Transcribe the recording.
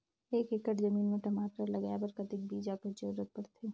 एक एकड़ जमीन म टमाटर लगाय बर कतेक बीजा कर जरूरत पड़थे?